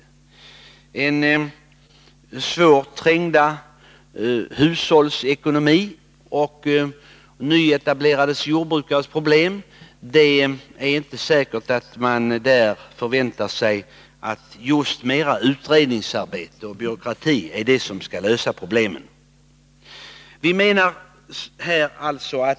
Det är inte säkert att våra trängda hushåll och nyetablerade jordbrukare förväntar sig att just mer utredningsarbete och byråkrati är det som skall lösa deras problem.